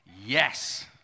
yes